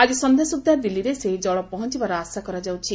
ଆଜି ସନ୍ଧ୍ୟା ସୁଦ୍ଧା ଦିଲ୍ଲୀରେ ସେହି ଜଳ ପହଞ୍ଚବାର ଆଶା କରାଯାଉଛି